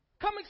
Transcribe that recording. Come